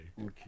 Okay